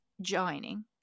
joining